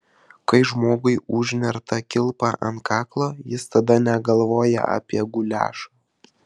kai žmogui užnerta kilpa ant kaklo jis tada negalvoja apie guliašą